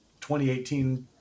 2018